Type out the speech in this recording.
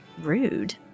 Rude